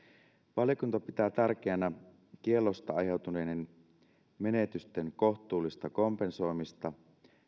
valiokunta pitää tärkeänä kiellosta aiheutuneiden menetysten kohtuullista kompensoimista